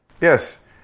Yes